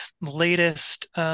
latest